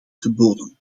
geboden